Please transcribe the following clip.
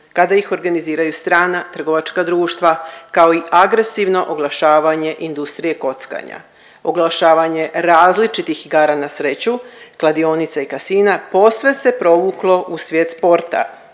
kada ih organiziraju strana trgovačka društva, kao i agresivno oglašavanje industrije kockanja. Oglašavanje različitih igara na sreću, kladionica i kasina posve se provuklo u svijet sporta